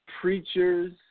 preachers